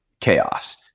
chaos